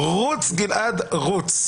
רוץ גלעד רוץ.